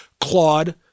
Claude